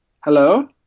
hello